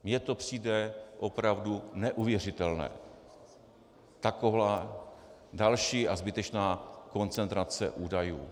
Mně to přijde opravdu neuvěřitelné, taková další a zbytečná koncentrace údajů.